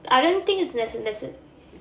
I don't think it's necc~ necce~